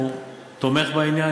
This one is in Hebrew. הוא תומך בעניין.